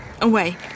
Away